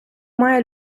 має